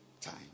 time